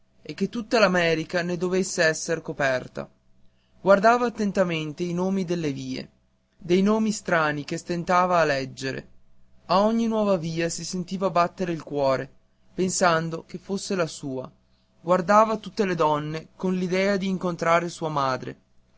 e che tutta l'america ne dovesse esser coperta guardava attentamente i nomi delle vie dei nomi strani che stentava a leggere a ogni nuova via si sentiva battere il cuore pensando che fosse la sua guardava tutte le donne con l'idea di incontrare sua madre